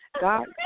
God